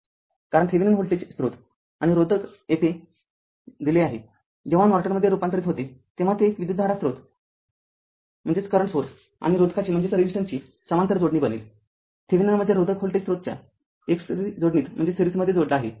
कारण Thevenin voltage स्रोत आणि रोधक देतेजेव्हा नॉर्टनमध्ये रुपांतरित होते तेव्हा ते एक विद्युतधारा स्रोत आणि रोधकाची समांतर जोडणी बनेल थेविनिनमध्ये रोधक व्होल्टेज स्रोतच्या एकसरी जोडणीत आहे